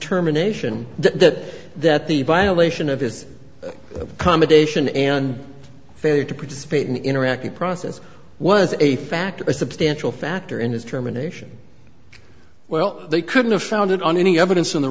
terminations that that the violation of his combination and failure to participate in interactive process was a factor a substantial factor in his terminations well they couldn't have founded on any evidence on the